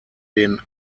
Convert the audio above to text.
den